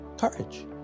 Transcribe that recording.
Courage